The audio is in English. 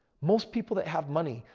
most people that have money,